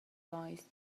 voice